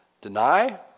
Deny